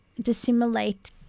dissimulate